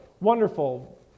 wonderful